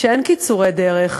אין קיצורי דרך,